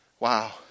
Wow